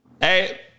Hey –